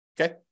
Okay